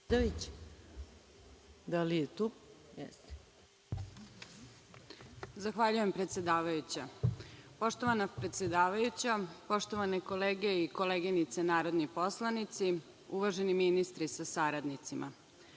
Zahvaljujem, predsedavajuća. Poštovana predsedavajuća, poštovane kolege i koleginice narodni poslanici, uvaženi ministri sa saradnicima,